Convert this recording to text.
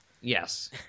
Yes